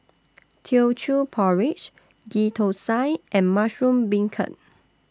Teochew Porridge Ghee Thosai and Mushroom Beancurd